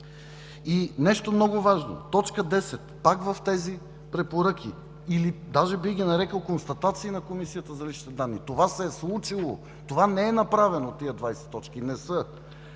Нещо много важно – точка 10, пак в тези препоръки, или даже бих ги нарекъл констатации на Комисията за личните данни, това се е случило. Това не е направено – тези 20 точки, не са.